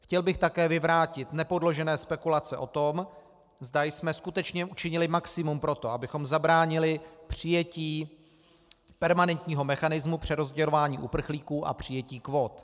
Chtěl bych také vyvrátit nepodložené spekulace o tom, zda jsme skutečně učinili maximum pro to, abychom zabránili přijetí permanentního mechanismu přerozdělování uprchlíků a přijetí kvót.